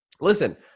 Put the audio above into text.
listen